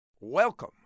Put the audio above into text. Welcome